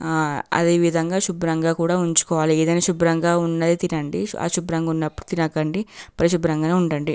అదేవిధంగా శుభ్రంగా కూడా ఉంచుకోవాలి ఏదైనా శుభ్రంగా ఉన్నది తినండి అశుభ్రంగా ఉన్నప్పుడు తినకండి పరిశుభ్రంగానే ఉండండి